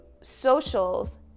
socials